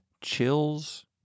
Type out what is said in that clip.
chills